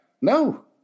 No